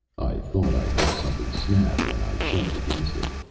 i thought i heard something snap when i shoved against it.